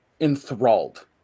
enthralled